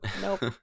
nope